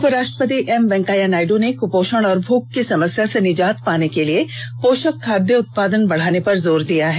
उपराष्ट्रपति एम वेंकैया नायडु ने कुपोषण और भूख की समस्या से निजात पाने के लिए पोषक खाद्य उत्पादन बढाने पर जोर दिया है